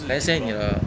let's say 你的